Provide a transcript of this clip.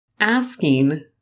asking